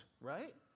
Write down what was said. right